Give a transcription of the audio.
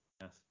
Yes